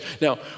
Now